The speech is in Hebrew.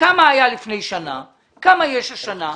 כמה היה לפני שנה וכמה יש השנה.